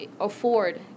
afford